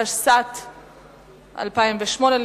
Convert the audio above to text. התשס"ט 2008,